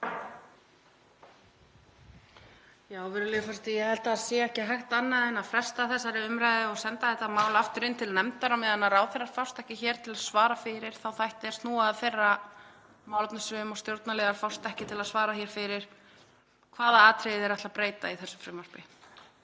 Virðulegi forseti. Ég held að það sé ekki hægt annað en að fresta þessari umræðu og senda þetta mál aftur inn til nefndar á meðan ráðherrar fást ekki hér til að svara fyrir þá þætti er snúa að þeirra málefnasviðum og stjórnarliðar fást ekki til að svara fyrir hvaða atriði þeir ætli að breyta í þessu frumvarpi.